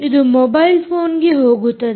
ಇದು ಮೊಬೈಲ್ ಫೋನ್ಗೆ ಹೋಗುತ್ತದೆ